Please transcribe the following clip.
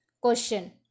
Question